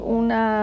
una